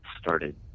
started